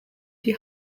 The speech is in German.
die